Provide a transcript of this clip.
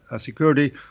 security